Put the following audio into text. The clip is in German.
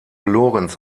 lorenz